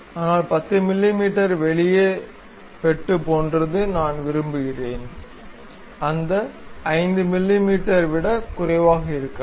ஆனால் 10 மிமீ வெட்டு போன்றது நான் விரும்புகிறேன் அந்த 5 மிமீ விட குறைவாக இருக்கலாம்